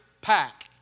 pack